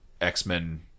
x-men